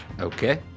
Okay